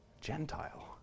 Gentile